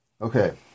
Okay